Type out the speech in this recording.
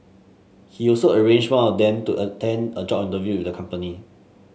he also arranged one of them to attend a job interview the company